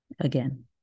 Again